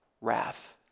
wrath